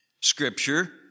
Scripture